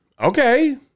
Okay